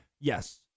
Yes